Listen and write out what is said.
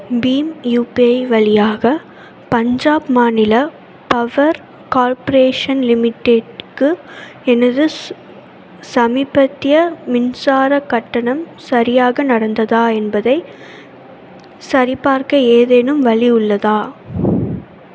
beam UPI வழியாக பஞ்சாப் மாநில power corporation லிமிடெட்க்கு எனது ச சமீபத்திய மின்சாரக் கட்டணம் சரியாக நடந்ததா என்பதைச் சரிபார்க்க ஏதேனும் வழி உள்ளதா